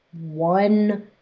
one